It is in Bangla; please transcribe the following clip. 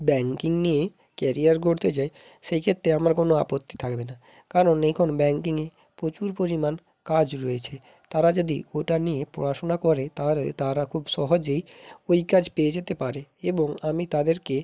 ব্যাঙ্কিং নিয়ে কেরিয়ার গড়তে যায় সেই ক্ষেত্রে আমার কোনো আপত্তি থাকবে না কারণ এখন ব্যাঙ্কিংয়ে প্রচুর পরিমাণ কাজ রয়েছে তারা যদি ওটা নিয়ে পড়াশোনা করে তাহলে তারা খুব সহজেই ওই কাজ পেয়ে যেতে পারে এবং আমি তাদেরকে